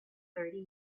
thirty